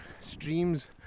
streams